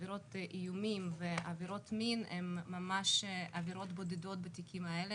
עבירות איומים ועבירות מין הן ממש עבירות בודדות בתיקים האלה,